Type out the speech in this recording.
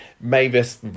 Mavis